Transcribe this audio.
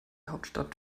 hauptstadt